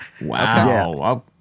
Wow